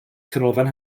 canolfan